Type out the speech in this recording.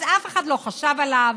אז אף אחד לא חשב עליו,